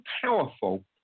powerful